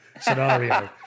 scenario